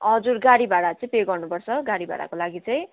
हजुर गाडी भाडा चाहिँ पे गर्नुपर्छ गाडी भाडाको लागि चाहिँ